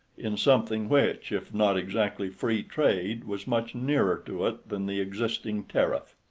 in something which, if not exactly free trade, was much nearer to it than the existing tariff.